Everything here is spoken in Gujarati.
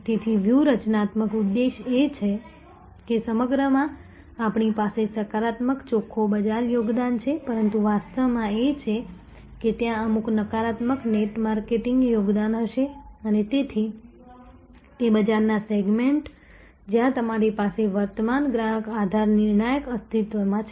તેથી વ્યૂહાત્મક ઉદ્દેશ્ય એ છે કે સમગ્રમાં આપણી પાસે સકારાત્મક ચોખ્ખો બજાર યોગદાન છે પરંતુ વાસ્તવમાં એ છે કે ત્યાં અમુક નકારાત્મક નેટ માર્કેટિંગ યોગદાન હશે અને તેથી તે બજારના સેગમેન્ટ્સ જ્યાં તમારી પાસે વર્તમાન ગ્રાહક આધાર નિર્ણાયક અસ્તિત્વમાં છે